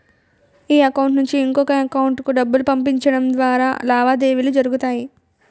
ఈ అకౌంట్ నుంచి ఇంకొక ఎకౌంటుకు డబ్బులు పంపించడం ద్వారా లావాదేవీలు జరుగుతాయి